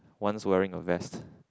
one's very nervous